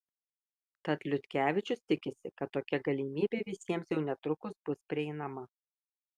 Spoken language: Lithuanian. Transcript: tad liutkevičius tikisi kad tokia galimybė visiems jau netrukus bus prieinama